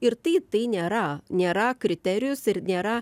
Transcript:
ir tai tai nėra nėra kriterijus ir nėra